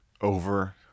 over